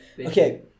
Okay